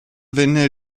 venne